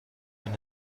even